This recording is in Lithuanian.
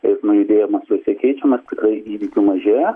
eismo judėjimas juose keičiamas tikrai įvykių mažėja